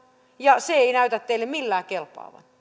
ja se ei näytä teille millään kelpaavan